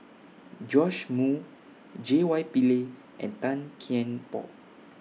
Joash Moo J Y Pillay and Tan Kian Por